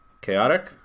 chaotic